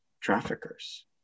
traffickers